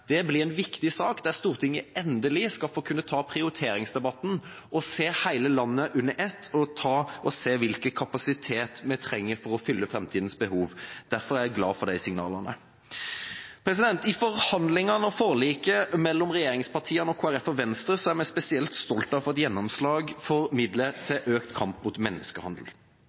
Det blir en viktig sak, der Stortinget endelig skal få kunne ta prioriteringsdebatten og se hele landet under ett og se hvilken kapasitet vi trenger for å dekke framtidas behov. Derfor er jeg glad for de signalene. I forhandlingene og forliket mellom regjeringspartiene og Kristelig Folkeparti og Venstre er jeg spesielt stolt over å ha fått gjennomslag for midler til økt kamp mot menneskehandel.